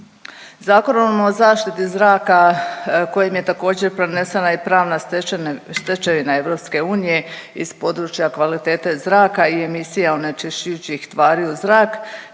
Zakonom o zaštiti zraka kojim je također prenesena i pravna stečevina EU iz područja kvalitete zraka i emisija onečišćujućih tvari u zrak